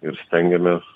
ir stengiamės